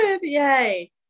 yay